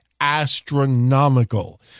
astronomical